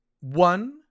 One